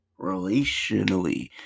relationally